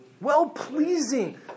Well-pleasing